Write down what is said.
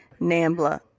NAMBLA